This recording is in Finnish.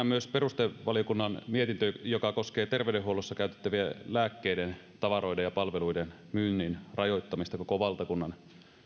myös perustuslakivaliokunnan mietintö joka koskee terveydenhuollossa käytettävien lääkkeiden tavaroiden ja palveluiden myynnin rajoittamista koko valtakunnan